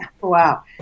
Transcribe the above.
Wow